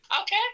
Okay